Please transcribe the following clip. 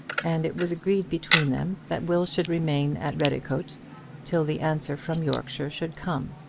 and it was agreed between them that will should remain at redicote till the answer from yorkshire should come,